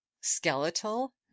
skeletal